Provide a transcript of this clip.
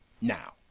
Now